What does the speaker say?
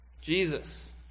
Jesus